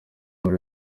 muri